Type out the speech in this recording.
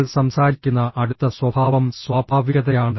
അവൾ സംസാരിക്കുന്ന അടുത്ത സ്വഭാവം സ്വാഭാവികതയാണ്